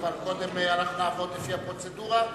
אבל קודם נעבוד לפי הפרוצדורה,